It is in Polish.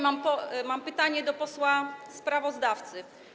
Mam pytanie do posła sprawozdawcy.